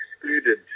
excluded